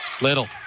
Little